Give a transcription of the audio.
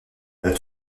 elle